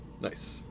Nice